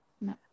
No